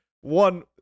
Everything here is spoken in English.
one